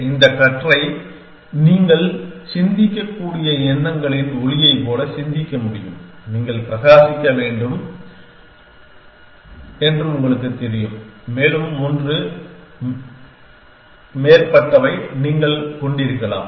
எனவே இந்த கற்றை நீங்கள் சிந்திக்கக் கூடிய எண்ணங்களின் ஒளியைப் போல சிந்திக்க முடியும் நீங்கள் பிரகாசிக்க வேண்டும் என்று உங்களுக்குத் தெரியும் மேலும் ஒன்றுக்கு மேற்பட்டவற்றை நீங்கள் கொண்டிருக்கலாம்